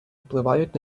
впливають